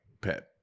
pet